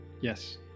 Yes